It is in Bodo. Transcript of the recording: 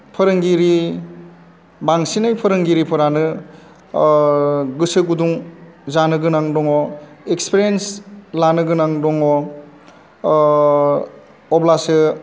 फोरोंगिरि बांसिनै फोरोंगिरफोरानो गोसो गुदुं जानो गोनां दङ इक्सफिरियेन्स लानो गोनां दङ अब्लासो